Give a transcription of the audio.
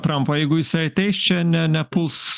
trampo jeigu jisai ateis čia ne nepuls